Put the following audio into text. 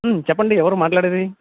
చెప్పండి ఎవరు మాట్లాడేది